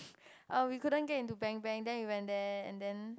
err we couldn't get into Bang Bang then we went there and then